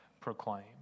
proclaim